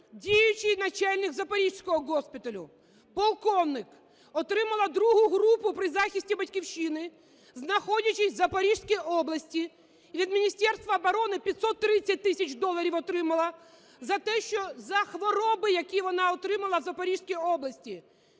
діючий начальник Запорізького госпіталю, полковник, отримала ІІ групу при захисті Батьківщини, знаходячись в Запорізькій області. Від Міністерства оборони 530 тисяч доларів отримала за те, що… за хвороби, які вона отримала в Запорізькій області!